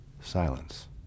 Silence